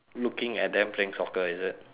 looking at them playing soccer is it